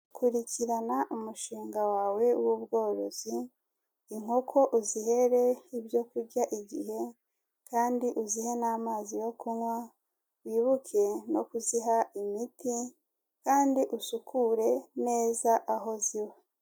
Kurikirana umushinga wawe w'ubworozi, inkoko uzihere ibyo kurya igihe kandi uzihe n'amazi yo kunywa, wibuke no kuziha imiti kandi usukure neza aho ziba.